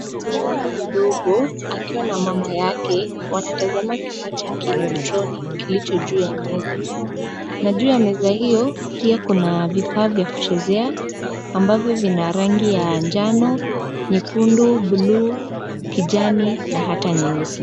Mvulana mdogo akiwa na mama yake, wanatazama kifaa cha kieletroniki kilicho juu ya meza na juu ya meza hiyo pia kuna vifaa vya kuchezea ambavyo vina rangi ya njano, nyekundu, buluu, kijani na hata nyeusi.